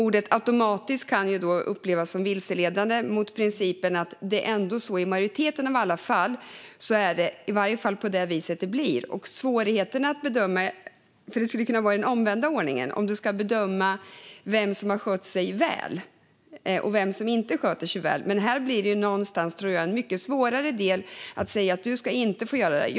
Ordet "automatiskt" kan upplevas som vilseledande. I majoriteten av alla fall är det ändå på det viset det blir. Det skulle kunna vara den omvända ordningen, så att man ska bedöma vem som har skött sig väl och vem som inte sköter sig väl, men här blir det någonstans en mycket svårare del där man säger att någon inte ska få göra detta.